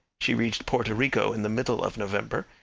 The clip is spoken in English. she reached porto rico in the middle of november,